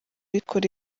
rikora